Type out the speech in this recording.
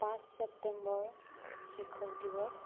পাঁচ ছেপ্তেম্বৰ শিক্ষক দিৱস